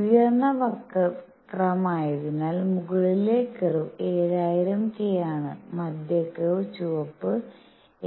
ഉയർന്ന വക്രമായതിനാൽ മുകളിലെ കർവ് 7000 K ആണ് മധ്യ കർവ് ചുവപ്പ്